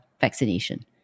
vaccination